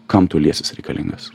kam tau liesis reikalingas